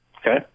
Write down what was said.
Okay